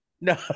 no